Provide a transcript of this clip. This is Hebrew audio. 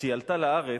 כשהיא עלתה לארץ,